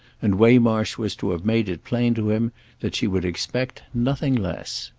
and waymarsh was to have made it plain to him that she would expect nothing less.